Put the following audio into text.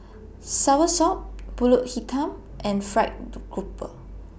Soursop Pulut Hitam and Fried Grouper